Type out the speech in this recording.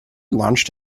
launched